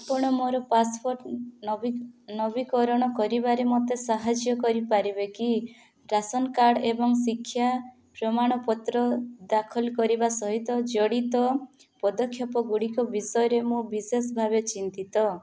ଆପଣ ମୋର ପାସପୋର୍ଟ ନବୀକରଣ କରିବାରେ ମୋତେ ସାହାଯ୍ୟ କରିପାରିବେ କି ରାସନ୍ କାର୍ଡ଼ ଏବଂ ଶିକ୍ଷା ପ୍ରମାଣପତ୍ର ଦାଖଲ କରିବା ସହିତ ଜଡ଼ିତ ପଦକ୍ଷେପ ଗୁଡ଼ିକ ବିଷୟରେ ମୁଁ ବିଶେଷ ଭାବେ ଚିନ୍ତିତ